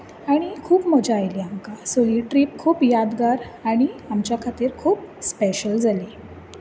आनी खूब मजा आयली आमकां सो ही ट्रीप खूब यादगार आनी आमच्या खातीर खूब स्पेशल जाली